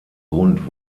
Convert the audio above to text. grund